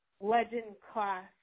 legend-class